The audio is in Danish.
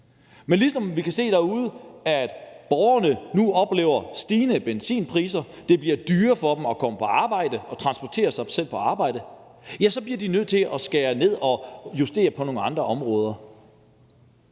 opvasken. Vi kan se derude, at borgerne nu oplever stigende benzinpriser, at det bliver dyrere for dem at komme på arbejde og transportere sig på arbejde, og så bliver de nødt til at skære ned og justere økonomien på nogle andre måder.